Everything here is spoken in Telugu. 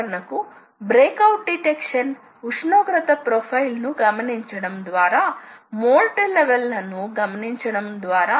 ఎందుకంటే దాని ఖర్చు కోసం అధిక మొత్తాన్ని చెల్లించడం ద్వారా మీకు లభించే ప్రయోజనాలు ఇవి